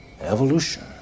Evolution